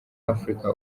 africa